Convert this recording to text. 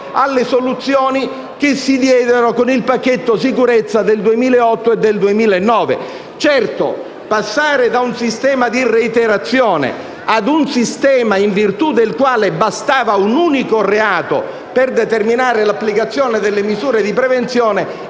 alle soluzioni che si diedero con il pacchetto sicurezza del 2008-2009. Certo, nel passare da un sistema di reiterazione a un sistema in virtù del quale bastava un unico reato per determinare l'applicazione delle misure di prevenzione